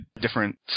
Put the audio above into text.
different